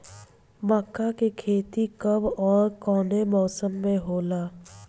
मका के खेती कब ओर कवना मौसम में होला?